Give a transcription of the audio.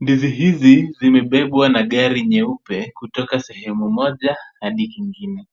Ndizi hizi zimebebwa na gari nyeupe kutoka sehemu moja hadi nyingine.